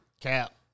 Cap